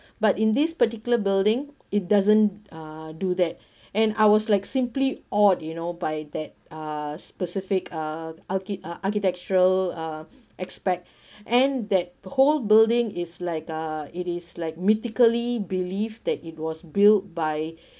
but in this particular building it doesn't uh do that and I was like simply awed you know by that uh specific uh archi~ uh architectural uh aspect and that the whole building is like uh it is like mythically believed that it was built by